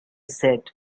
said